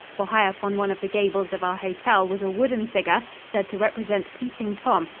for high up on one of the gables of our hotel was a wooden figure said to represent peeping tom,